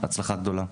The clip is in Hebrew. בהצלחה גדולה.